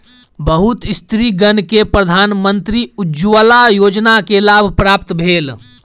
बहुत स्त्रीगण के प्रधानमंत्री उज्ज्वला योजना के लाभ प्राप्त भेल